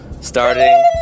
Starting